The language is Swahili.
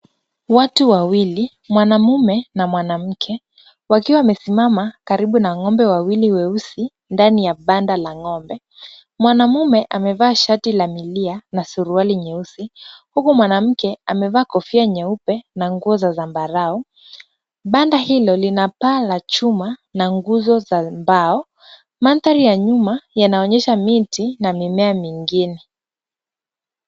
Watu wawili, mwanamume na mwanamke, wakiwa wamesimama karibu na ng'ombe wawili weusi ndani ya banda la ng'ombe. Mwanamume amevaa shati la milia na suruali nyeusi, huku mwanamke amevaa kofia nyeupe na nguo za zambarau. Banda hilo lina paa la chuma na nguzo za mbao. Mandhari ya nyuma yanaonyesha miti na mimea mingine.